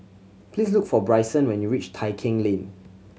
please look for Brycen when you reach Tai Keng Lane